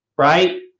Right